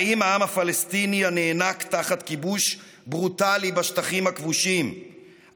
האם העם הפלסטיני הנאנק תחת כיבוש ברוטלי בשטחים הכבושים,